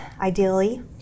ideally